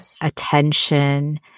attention